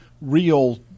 real